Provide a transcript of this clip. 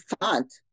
font